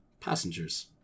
Passengers